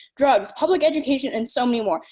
drugs, public education and so many more.